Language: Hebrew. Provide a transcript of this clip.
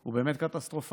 הוא באמת קטסטרופלי,